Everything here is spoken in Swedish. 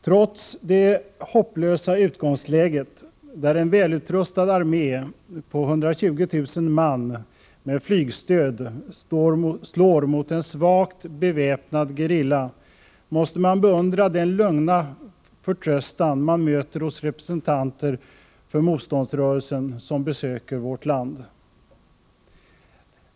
Med tanke på det hopplösa utgångsläget, där en välutrustad armé på 120 000 man med flygstöd slår mot en svagt beväpnad gerilla, måste man beundra den lugna förtröstan man möter hos representanter för motståndsrörelsen, vilka besöker Sverige.